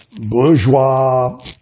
bourgeois